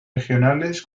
regionales